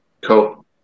Cool